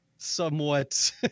somewhat